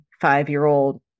five-year-old